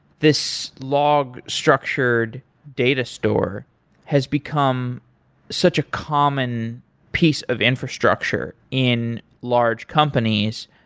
this log structured data store has become such a common piece of infrastructure in large companies.